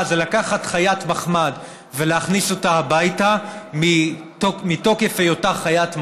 זה לקחת חיית מחמד ולהכניס אותה הביתה מתוקף היותה חיית מחמד,